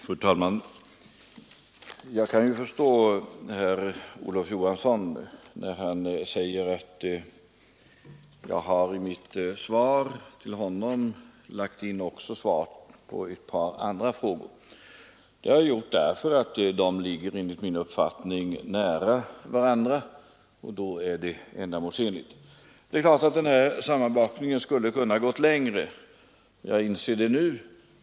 Fru talman! Jag kan förstå herr Olof Johansson i Stockholm när han säger att jag i mitt svar till honom har lagt in svar också på ett par andra frågor. Det har jag gjort därför att frågorna enligt min uppfattning ligger nära varandra — då är det ändamålsenligt. Det är klart att denna sammanbakning skulle ha kunnat gå längre — jag inser det nu.